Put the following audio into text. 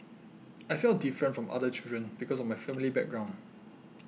I felt different from other children because of my family background